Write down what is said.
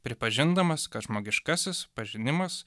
pripažindamas kad žmogiškasis pažinimas